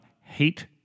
hate